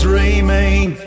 remain